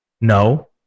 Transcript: No